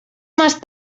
más